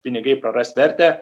pinigai praras vertę